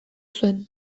zuen